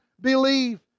believe